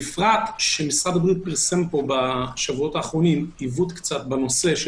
בפרט שמשרד הבריאות פרסם בשבועות האחרונים עיוות בנושא,